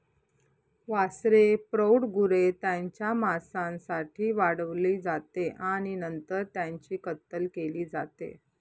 वासरे प्रौढ गुरे त्यांच्या मांसासाठी वाढवली जाते आणि नंतर त्यांची कत्तल केली जाते